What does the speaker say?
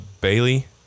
Bailey